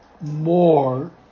more